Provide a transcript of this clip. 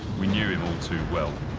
we knew him all too well.